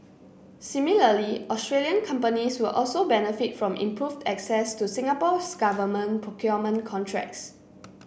similarly Australian companies will also benefit from improved access to Singapore's government procurement contracts